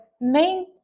main